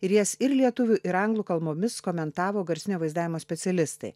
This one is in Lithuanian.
ir jas ir lietuvių ir anglų kalbomis komentavo garsinio vaizdavimo specialistai